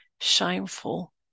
shameful